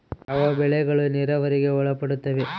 ಯಾವ ಬೆಳೆಗಳು ನೇರಾವರಿಗೆ ಒಳಪಡುತ್ತವೆ?